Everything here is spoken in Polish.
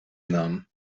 nam